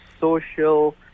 social